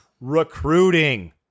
Recruiting